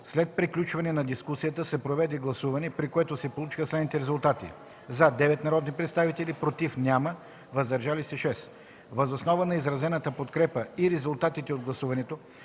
След приключване на дискусията се проведе гласуване, при което се получиха следните резултати: „за” – 9 народни представители, „против” няма, „въздържали се” – 6. Въз основа на изразената подкрепа и резултатите от гласуването